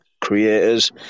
creators